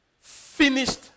finished